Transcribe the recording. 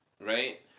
Right